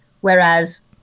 Whereas